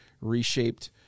reshaped